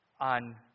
on